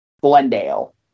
Glendale